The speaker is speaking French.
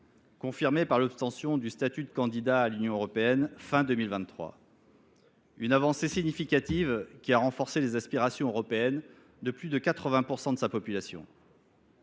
confirmée par l’obtention du statut de candidat à l’Union européenne à la fin de 2023. Il s’agit là d’une avancée significative qui a renforcé les aspirations européennes de plus de 80 % de sa population.